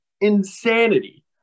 insanity